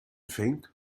fängt